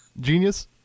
Genius